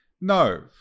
no